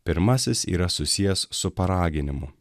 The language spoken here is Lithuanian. pirmasis yra susijęs su paraginimu